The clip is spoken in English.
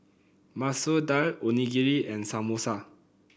Masoor Dal Onigiri and Samosa